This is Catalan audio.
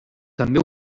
també